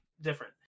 different